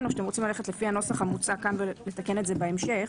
או שאתם רוצים ללכת לפי הנוסח המוצע כאן לתקן את זה בהמשך.